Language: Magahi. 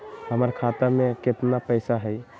हमर खाता में केतना पैसा हई?